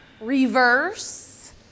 reverse